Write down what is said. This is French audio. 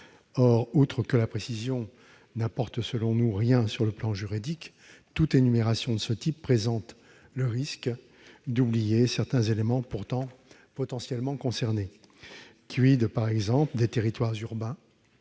Outre que la précision n'apporte rien sur le plan juridique, toute énumération de ce type présente le risque d'oublier certains éléments pourtant potentiellement concernés., par exemple, des territoires urbains